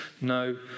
no